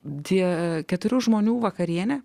deja keturių žmonių vakarienė